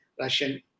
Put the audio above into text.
Russian